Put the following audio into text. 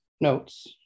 notes